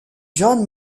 john